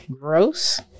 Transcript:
Gross